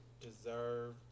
deserve